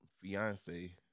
fiance